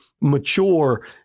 mature